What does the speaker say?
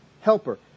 helper